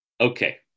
Okay